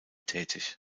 tätig